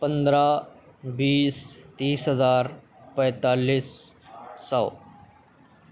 پندرہ بیس تیس ہزار پینتالیس سو